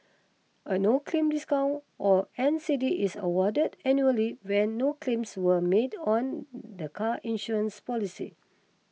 a no claim discount or N C D is awarded annually when no claims were made on the car insurance policy